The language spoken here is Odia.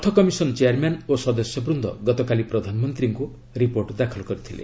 ଅର୍ଥ କମିଶନ ଚେୟାର୍ମ୍ୟାନ୍ ଓ ସଦସ୍ୟ ବୃନ୍ଦ ଗତକାଲି ପ୍ରଧାନମନ୍ତ୍ରୀଙ୍କୁ ରିପୋର୍ଟ ଦାଖଲ କରିଥିଲେ